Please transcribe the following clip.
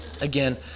again